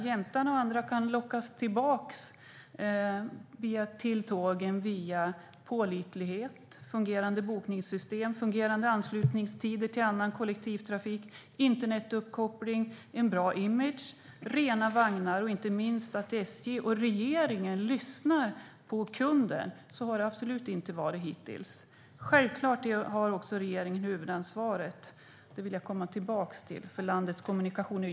Jämtarna och andra kan lockas tillbaka till tågen via pålitlighet, fungerande bokningssystem, fungerande anslutningstider till annan kollektivtrafik, internetuppkoppling, en bra image, rena vagnar och inte minst att SJ och regeringen lyssnar på kunden. Så har det absolut inte varit hittills. Självklart har regeringen huvudansvaret - det vill jag komma tillbaka till - för landets kommunikationer.